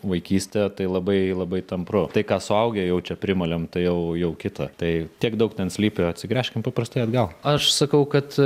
vaikystė tai labai labai tampru tai ką suaugę jau čia primalėm jau jau kita tai tiek daug ten slypi atsigręžkim paprastai atgal aš sakau kad